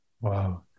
Wow